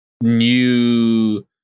new